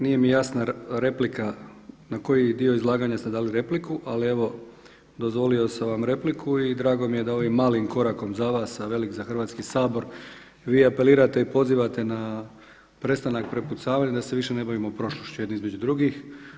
Nije mi jasna replika na koji dio izlaganja ste dali repliku, ali evo dozvolio sam vam repliku i drago mi je da ovim malim korakom za vas, a velik za Hrvatski sabor vi apelirate i pozivate na prestanak prepucavanja da se više ne bavimo prošlošću jedni između drugih.